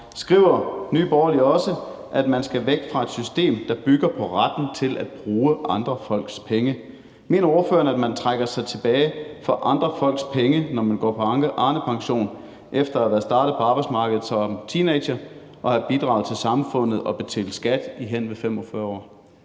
skriver I også, at man skal væk fra et system, der bygger på retten til at bruge andres folks penge. Mener ordføreren, at man trækker sig tilbage for andre folks penge, når man går på Arnepension efter at være startet på arbejdsmarkedet som teenager og have bidraget til samfundet og betalt skat i henved 45 år?